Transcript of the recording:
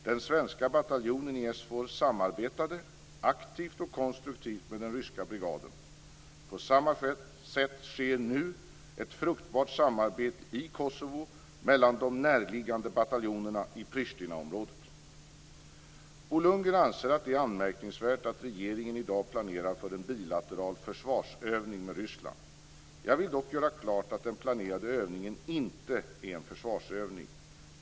Den svenska bataljonen i SFOR samarbetade aktivt och konstruktivt med den ryska brigaden. På samma sätt sker nu ett fruktbart samarbete i Kosovo mellan de närliggande bataljonerna i Pristinaområdet. Bo Lundgren anser att det är anmärkningsvärt att regeringen i dag planerar för en bilateral "försvarsövning" med Ryssland. Jag vill dock göra klart att den planerade övningen inte är en försvarsövning.